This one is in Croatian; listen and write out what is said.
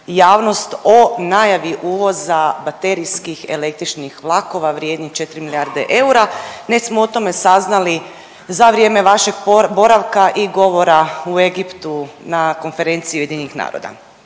o najavi uvoza baterijskih električnih vlakova vrijednih 4 milijarde eura već smo o tom saznali za vrijeme vašeg boravka i govora u Egiptu na konferenciji UN-a?